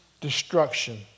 destruction